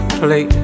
play